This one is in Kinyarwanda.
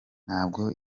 ntabwo